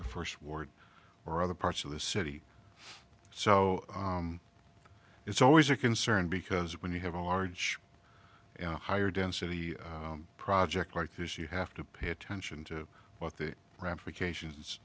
first ward or other parts of the city so it's always a concern because when you have a large higher density project like this you have to pay attention to what the ramifications